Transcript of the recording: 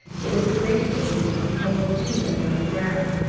it was a great game only two went on the ground.